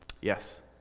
Yes